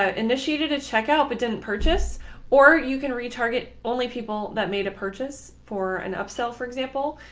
ah initiated a checkout but didn't purchase or you can reach target only people that made a purchase for an upset. for example,